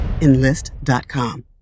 Enlist.com